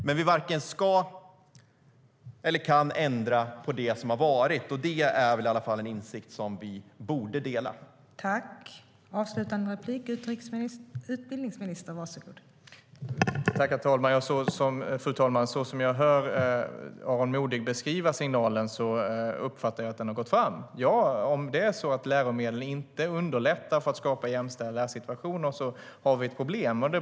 Men vi varken kan eller ska ändra på det som har varit, och det är väl i alla fall en insikt som vi borde dela.